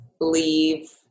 leave